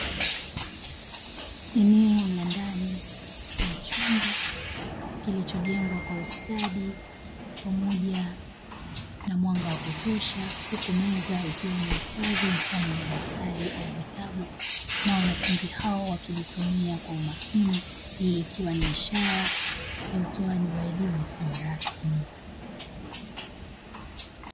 Eneo la ndani ya chumba kilichojengwa kwa ustadi pamoja na mwanga wa kutosha, huku meza ikiwa imehifadhi mfano wa madafrati au vitabu, na wanafunzi hao wakijisomea kwa umakini, hii ikiwa ni ishara ya utoaji wa elimu isiyo rasmi.